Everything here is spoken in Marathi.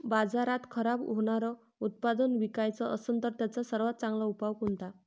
बाजारात खराब होनारं उत्पादन विकाच असन तर त्याचा सर्वात चांगला उपाव कोनता?